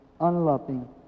unloving